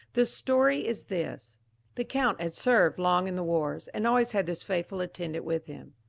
the story is this the count had served long in the wars, and always had this faithful attendant with him.